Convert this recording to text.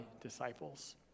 disciples